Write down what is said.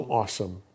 awesome